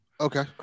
Okay